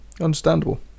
understandable